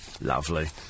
Lovely